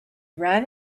ran